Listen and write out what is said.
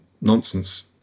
nonsense